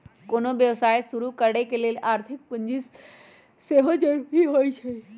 कोनो व्यवसाय शुरू करे लेल आर्थिक पूजी के सेहो जरूरी होइ छै